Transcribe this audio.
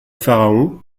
pharaon